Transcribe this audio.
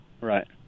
Right